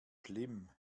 schlimm